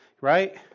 right